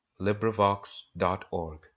LibriVox.org